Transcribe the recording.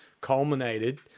culminated